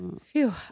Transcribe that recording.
Phew